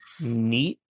neat